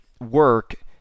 work